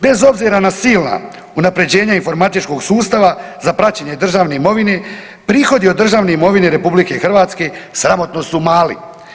Bez obzira na silna unaprjeđenja informatičkog sustava za praćenje državne imovine prihodi od državne imovine RH sramotno su mali.